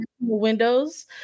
windows